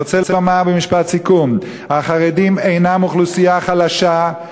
אני רוצה לומר במשפט סיכום: החרדים אינם אוכלוסייה חלשה,